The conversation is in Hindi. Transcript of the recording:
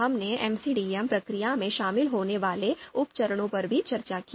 हमने एमसीडीएम प्रक्रिया में शामिल होने वाले उप चरणों पर भी चर्चा की